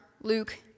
Luke